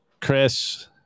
Chris